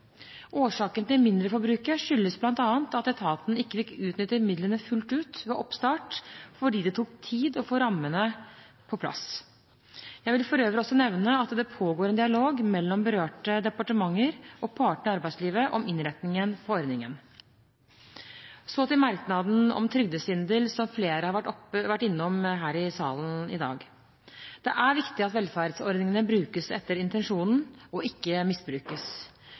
Årsaken til mindreforbruket er bl.a. at etaten ikke fikk utnyttet midlene fullt ut ved oppstart fordi det tok tid å få rammene på plass. Jeg vil for øvrig også nevne at det pågår en dialog mellom berørte departementer og partene i arbeidslivet om innretningen på ordningen. Så til merknaden om trygdesvindel, som flere har vært innom her i salen i dag: Det er viktig at velferdsordningene brukes etter intensjonen og ikke misbrukes.